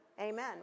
Amen